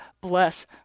bless